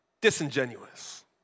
disingenuous